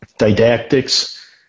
Didactics